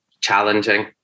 challenging